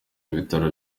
ibitaro